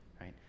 right